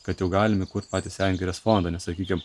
kad jau galim įkurt patį sengirės fondą nes sakykim